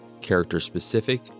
character-specific